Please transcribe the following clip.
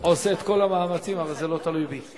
עושה את כל המאמצים אבל זה לא תלוי בי.